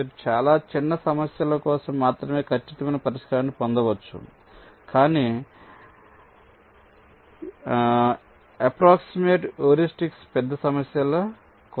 మీరు చాలా చిన్న సమస్యల కోసం మాత్రమే ఖచ్చితమైన పరిష్కారాన్ని పొందవచ్చు కాని Approximate హ్యూరిస్టిక్స్లో పెద్ద సమస్యల కోసం